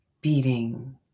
beating